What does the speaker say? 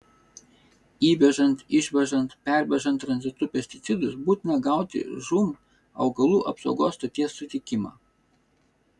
įvežant išvežant pervežant tranzitu pesticidus būtina gauti žūm augalų apsaugos stoties sutikimą